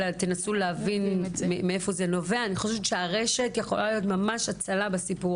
אני חושבת שהרשת יכולה להיות הצלה בסיפור